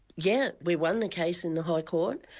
yeah we won the case in the high court,